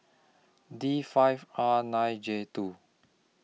D five R nine J two